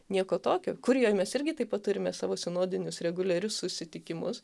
nieko tokio kurijoj mes irgi taip pat turime savo sinodinius reguliarius susitikimus